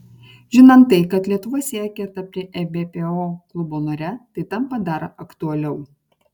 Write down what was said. žinant tai kad lietuva siekia tapti ebpo klubo nare tai tampa dar aktualiau